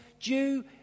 Jew